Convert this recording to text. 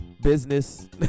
business